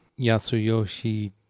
Yasuyoshi